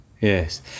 Yes